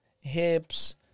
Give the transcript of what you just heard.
hips